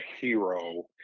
hero